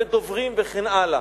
ודוברים וכן הלאה.